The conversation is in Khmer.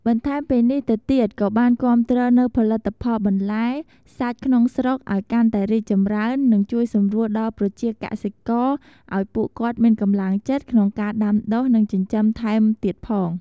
បន្ថែមពីនេះទៅទៀត ក៏បានគាំទ្រនូវផលិតផលបន្លែ សាច់ ក្នុងស្រុកឲ្យកាន់តែរីកចម្រើននិងជួយសម្រួលដល់ប្រជាកសិករឲ្យពួកគាត់មានកម្លាំងចិត្តក្នុងការដាំដុះនិងចិញ្ចឹមថែមទៀតផង។